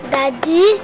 Daddy